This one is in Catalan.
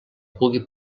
pugui